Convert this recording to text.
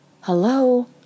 Hello